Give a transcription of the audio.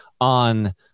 on